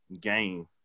game